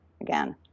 again